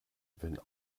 wenn